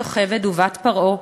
יוכבד ובת פרעה,